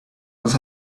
was